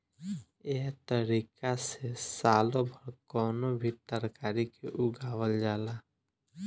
एह तारिका से सालो भर कवनो भी तरकारी के उगावल जाला